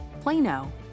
Plano